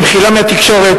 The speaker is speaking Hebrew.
במחילה מהתקשורת,